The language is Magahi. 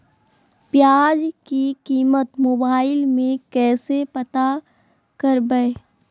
प्याज की कीमत मोबाइल में कैसे पता करबै?